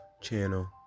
channel